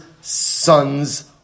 son's